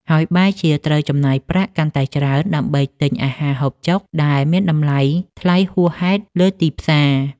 ហើយបែរជាត្រូវចំណាយប្រាក់កាន់តែច្រើនដើម្បីទិញអាហារហូបចុកដែលមានតម្លៃថ្លៃហួសហេតុលើទីផ្សារ។